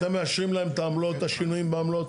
אתם מאשרים להם את העמלות, את השינויים בעמלות?